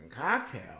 cocktail